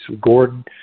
Gordon